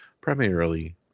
Primarily